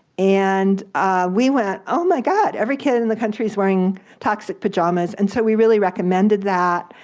and we went, oh my god, every kid in the country is wearing toxic pajamas, and so we really recommended that.